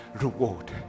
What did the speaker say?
reward